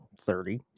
thirty